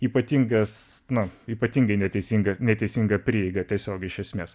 ypatingas na ypatingai neteisinga neteisinga prieiga tiesiogiai iš esmės